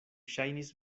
ŝajnis